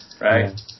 Right